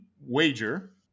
wager